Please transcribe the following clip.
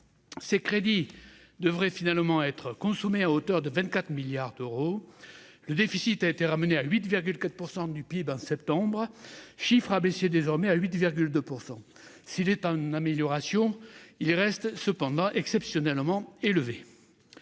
Ces crédits devraient finalement être consommés à hauteur de 24 milliards d'euros, le déficit ayant été ramené à 8,4 % du PIB au mois de septembre dernier, chiffre désormais abaissé à 8,2 %. S'il est en amélioration, il reste cependant exceptionnellement élevé.